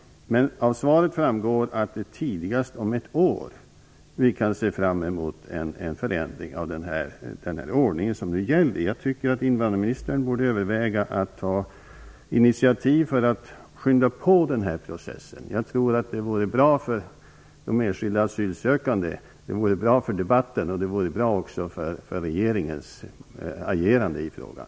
Men av svaret framgår att det är tidigast om ett år som vi kan se fram emot en förändring av den ordning som nu gäller. Jag anser att invandrarministern bör överväga att ta initiativ för att skynda på denna process. Det vore bra för de enskilda asylsökanden, det vore bra för debatten och det vore bra också för regeringens agerande i frågan.